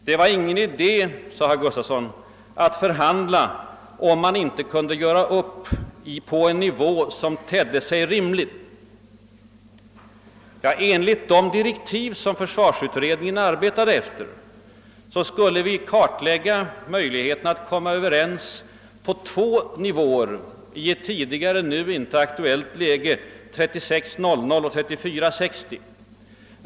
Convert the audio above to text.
Det var ingen idé, sade herr Gustafsson, att »förhandla om man inte kunde göra upp på en nivå som tedde sig rimlig». Enligt de direktiv som försvarsutredningen arbetade efter skulle vi utreda möjligheten att komma överens på två skilda nivåer, dvs. de alternativ som då brukade benämnas »3 600» och »3 460».